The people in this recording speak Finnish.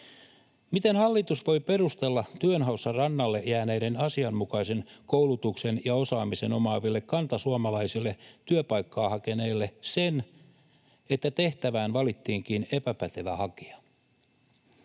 Miten hallitus voi perustella työnhaussa rannalle jääneille asianmukaisen koulutuksen ja osaamisen omaaville kantasuomalaisille työpaikkaa hakeneille sen, että tehtävään valittiinkin epäpätevä hakija?